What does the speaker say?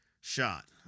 shot